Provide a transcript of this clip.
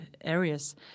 areas